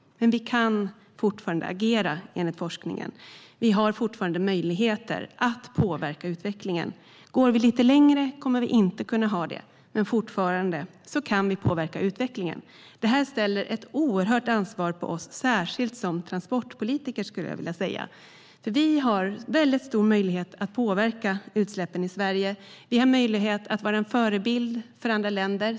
Men vi kan fortfarande agera, enligt forskningen. Vi har fortfarande möjligheter att påverka utvecklingen. Om det går lite längre kommer vi inte att ha det. Men vi kan fortfarande påverka utvecklingen. Det lägger ett oerhört ansvar på oss, särskilt på oss transportpolitiker. Vi har nämligen stor möjlighet att påverka utsläppen i Sverige. Vi har möjlighet att vara en förebild för andra länder.